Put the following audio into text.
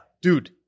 dude